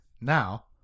Now